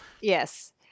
Yes